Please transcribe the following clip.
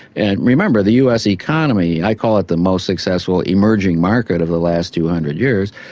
and remember the us economy, i call it the most successful emerging market of the last two hundred years,